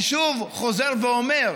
אני חוזר ואומר,